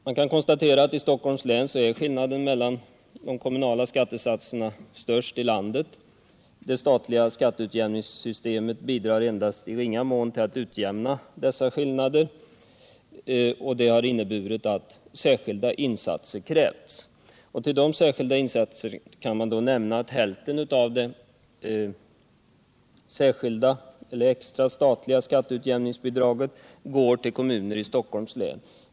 Man kan konstatera att i Stockholms län är skillnaden mellan de kommunala skattesatserna störst i landet. Det statliga utjämningssystemet bidrar endast i ringa mån till att utjämna dessa skillnader. Det har in neburit att särskilda insatser krävs. Man kan nämna att hälften av det extra statliga skatteutjämningsbidraget går till kommuner i Stockholms län.